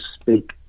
speak